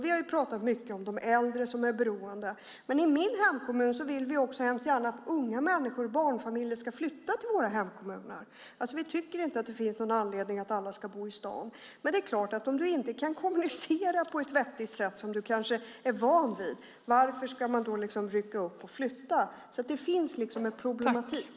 Vi har pratat mycket om de äldre som är beroende av detta. Men i min hemkommun vill vi också hemskt gärna att unga människor och barnfamiljer ska flytta dit. Vi tycker inte att det finns någon anledning att alla ska bo i staden. Men det är klart - om man inte kan kommunicera på ett vettigt sätt, som man kanske är van vid, varför ska man då rycka upp allt och flytta? Det finns en problematik.